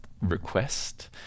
request